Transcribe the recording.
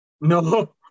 No